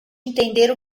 entender